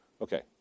Okay